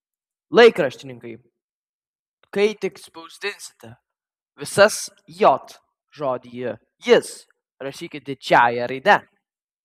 laikraštininkai kai tai spausdinsite visas j žodyje jis rašykit didžiąja raide